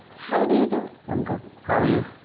how do you do? i'm good. how are you?